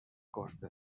costa